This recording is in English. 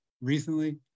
recently